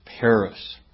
Paris